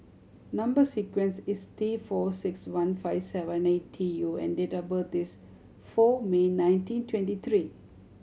number sequence is T four six one five seven eight T U and date of birth is four May nineteen twenty three